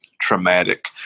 traumatic